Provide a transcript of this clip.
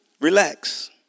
Relax